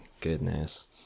goodness